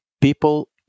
people